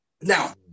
now